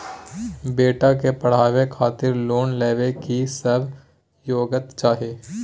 बेटा के पढाबै खातिर लोन लेबै के की सब योग्यता चाही?